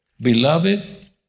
Beloved